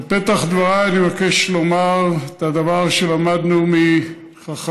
בפתח דבריי אני מבקש לומר את הדבר שלמדנו מחכמים: